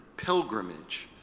pilgrimage,